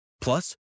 Plus